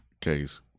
case